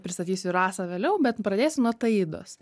pristatysiu rasą vėliau bet pradėsiu nuo taidos